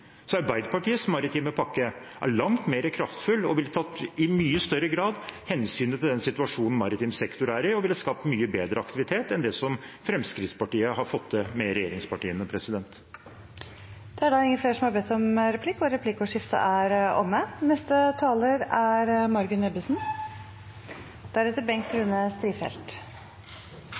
Så Arbeiderpartiets maritime pakke er langt mer kraftfull og ville i mye større grad tatt hensyn til den situasjonen maritim sektor er i, og ville skapt mye bedre aktivitet enn den som Fremskrittspartiet har fått til med regjeringspartiene. Replikkordskiftet er omme. Regjeringen la frem et godt budsjett, som